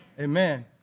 Amen